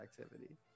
activity